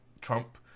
Trump